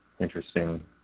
interesting